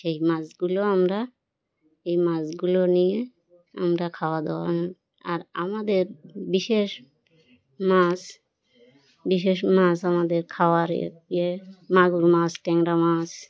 সেই মাছগুলো আমরা এই মাছগুলো নিয়ে আমরা খাওয়া দওয়া আর আমাদের বিশেষ মাছ বিশেষ মাছ আমাদের খাওয়ার ইয়ে মাগুর মাছ ট্যাংরাা মাছ